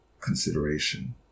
consideration